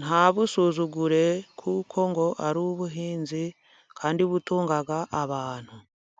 ntabusuzugure kuko ngo ari ubuhinzi kandi butunga abantu.